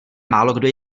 málokdo